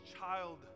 child